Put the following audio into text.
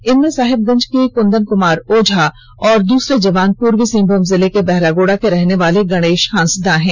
इनमें साहेबगंज के कंदन कमार ओझा और दुसरे जवान पूर्वी सिंहभूम जिले के बहरागोड़ा के रहनेवाले गणेश हांसदा हैं